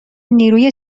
نیروی